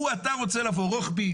אתה רוצה לבוא רחבית